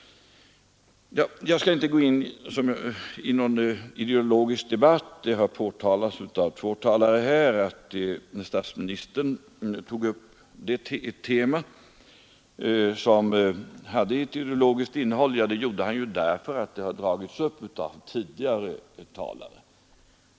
Jag skall inte gå in i någon ideologisk debatt. Det har påtalats av två talare att statsministern tog upp ett tema som hade ideologiskt innehåll. Det gjorde han därför att det dragits upp av tidigare talare.